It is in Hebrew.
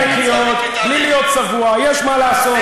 הוא תמיד, ובכן, אמרתי לך, יש עוד מה לעשות,